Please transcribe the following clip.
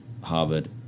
Harvard